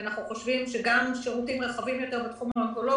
ואנחנו חושבים שגם שירותים רחבים יותר בתחום האונקולוגי,